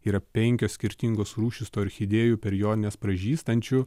yra penkios skirtingos rūšys tų orchidėjų per jonines pražystančių